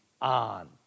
on